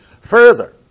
Further